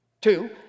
Two